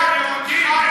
מי